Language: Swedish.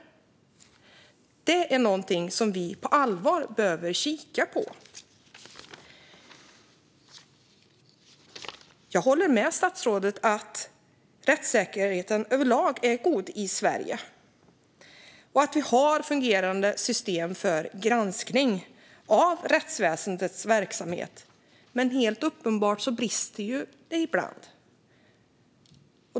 Det är något som vi på allvar behöver kika på. Jag håller med statsrådet om att rättssäkerheten överlag är god i Sverige och att vi har fungerande system för granskning av rättsväsendets verksamhet, men helt uppenbart brister det ibland.